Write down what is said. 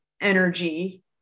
energy